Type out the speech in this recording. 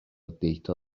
دیتا